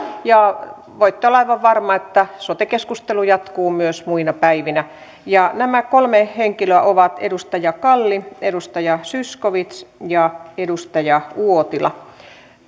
voitte olla aivan varmoja että sote keskustelu jatkuu myös muina päivinä nämä kolme henkilöä ovat edustaja kalli edustaja zyskowicz ja edustaja uotila